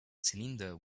cylinder